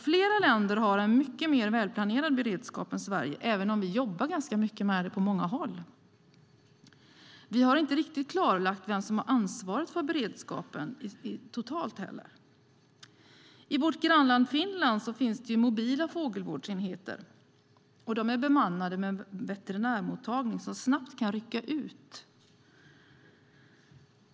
Flera länder har en mycket mer välplanerad beredskap än Sverige, även om vi jobbar ganska mycket med det på många håll. Vi har inte riktigt klarlagt vem som har ansvaret för beredskapen totalt. I vårt grannland Finland finns det mobila fågelvårdsenheter, och de är bemannade med en veterinärmottagning som snabbt kan rycka ut.